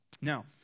Now